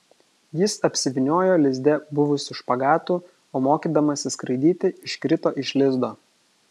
jis apsivyniojo lizde buvusiu špagatu o mokydamasis skraidyti iškrito iš lizdo